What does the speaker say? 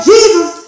Jesus